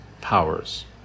powers